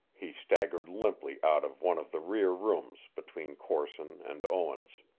he staggered limply out of one of the rear rooms between corson and owens.